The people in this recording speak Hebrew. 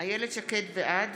בעד